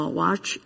watch